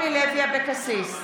אבקסיס,